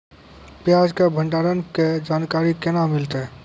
प्याज के भंडारण के जानकारी केना मिलतै?